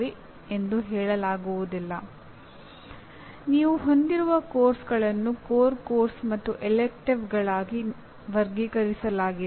ನಿಮ್ಮಲ್ಲಿರುವ ಪಠ್ಯಕ್ರಮಗಳನ್ನು ಕೋರ್ಸ್ಗಳನ್ನು ಮೂಲ ಪಠ್ಯಕ್ರಮಗಳು ಕೋರ್ ಕೋರ್ಸ್ ಹಾಗು ಆರಿಸಿದ ಪಠ್ಯಕ್ರಮಗಳಾಗಿ ಎಲೆಕ್ಟಿವ್ಗಳಾಗಿ ವರ್ಗೀಕರಿಸಲಾಗಿದೆ